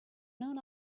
known